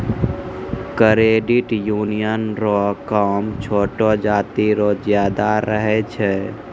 credit union रो काम छोटो जाति रो ज्यादा रहै छै